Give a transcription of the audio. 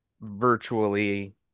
virtually